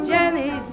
Jenny